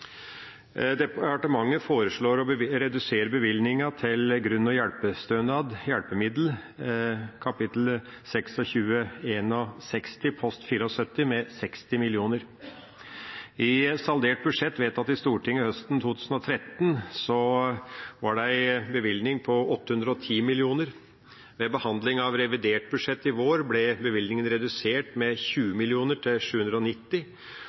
Departementet foreslår å redusere bevilgningen på kap. 2661, post 74 med 60 mill. kr. I saldert budsjett vedtatt i Stortinget høsten 2013 var det en bevilgning på 810 mill. kr. Ved behandling av revidert budsjett i vår ble bevilgningen redusert med 20 mill. kr, til 790